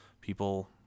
people